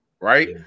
right